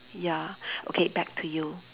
ya okay back to you